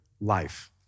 life